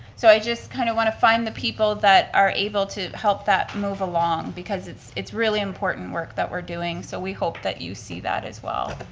so i just kind of want to find the people that are able to help that move along because it's it's really important work that we're doing, so we hope that you see that as well.